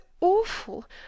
awful